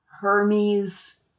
Hermes